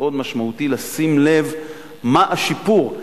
משמעותי מאוד, לשים לב מה השיפור.